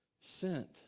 sent